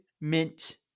mint